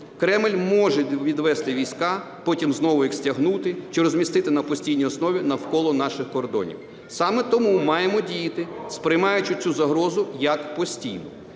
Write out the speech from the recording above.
Кремль може відвести війська, потім знову їх стягнути чи розмістити на постійній основі навколо наших кордонів. Саме тому маємо діяти, сприймаючи цю загрозу як постійну.